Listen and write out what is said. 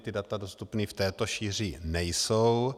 Ta data dostupné v této šíři nejsou.